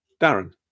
Darren